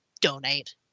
donate